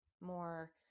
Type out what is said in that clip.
more